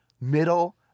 middle